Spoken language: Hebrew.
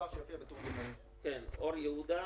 אור יהודה